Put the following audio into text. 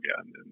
again